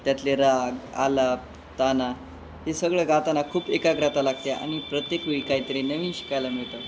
त्यातले राग आलाप ताना हे सगळं गाताना खूप एकाग्रता लागते आणि प्रत्येक वेळी काहीतरी नवीन शिकायला मिळतं